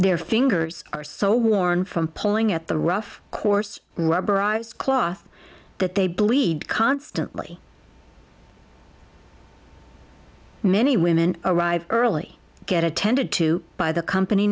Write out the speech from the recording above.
their fingers are so worn from pulling at the rough course rubberized cloth that they bleed constantly many women arrive early get attended to by the company